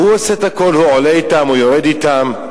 הוא עושה את הכול, הוא עולה אתם, הוא יורד אתם.